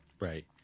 Right